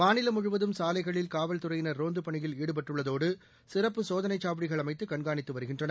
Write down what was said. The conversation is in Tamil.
மாநிலம் முழுவதும் சாலைகளில் காவல்துறையினர் ரோந்துப் பணியில் ஈடுபட்டுள்ளதோடு சிறப்புச் சோதனைச் சாவடிகள் அமைத்து கண்காணித்து வருகிறார்கள்